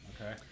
Okay